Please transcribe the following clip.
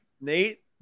Nate